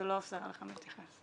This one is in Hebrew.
זה לא אוסר עליכם להתייחס.